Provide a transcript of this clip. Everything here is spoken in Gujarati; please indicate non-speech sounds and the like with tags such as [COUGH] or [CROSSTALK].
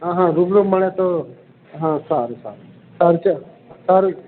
હં હં રૂબરૂ મળે તો હા સારું સારું [UNINTELLIGIBLE] સારી